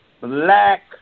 Black